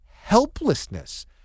helplessness